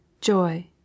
Joy